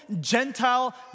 Gentile